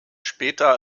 später